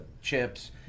chips